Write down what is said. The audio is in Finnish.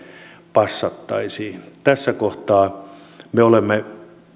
passattaisiin tässä kohtaa me olemme